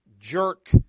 jerk